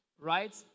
right